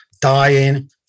dying